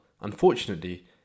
Unfortunately